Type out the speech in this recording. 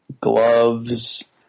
gloves